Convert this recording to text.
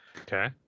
Okay